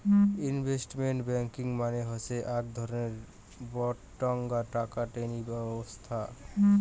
investment banking মানে হসে আক ধরণের বডঙ্না টাকা টননি ব্যবছস্থা